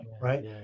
right